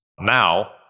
now